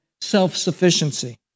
self-sufficiency